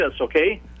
okay